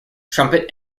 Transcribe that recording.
trumpet